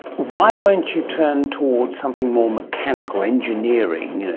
why weren't you turned towards something more mechanical, engineering,